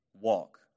walk